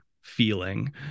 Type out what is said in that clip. feeling